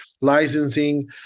licensing